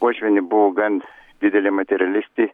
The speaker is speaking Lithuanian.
uošvienė buvo gan didelė materialistė